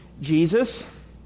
Jesus